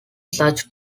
such